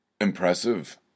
Impressive